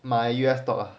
买 U_S stock ah